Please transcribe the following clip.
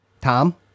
Tom